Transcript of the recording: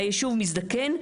הישוב מזדקן.